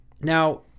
Now